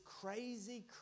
crazy